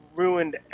ruined